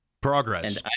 progress